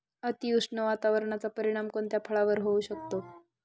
अतिउष्ण वातावरणाचा परिणाम कोणत्या फळावर होऊ शकतो?